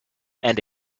and